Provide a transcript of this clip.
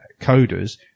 coders